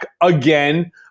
again